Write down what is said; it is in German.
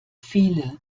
viele